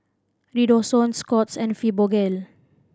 Redoxon Scott's and Fibogel